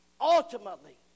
ultimately